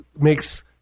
makes